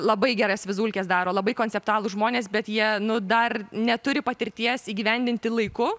labai geras vizulkes daro labai konceptualūs žmonės bet jie dar neturi patirties įgyvendinti laiku